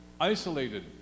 isolated